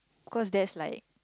cause there's like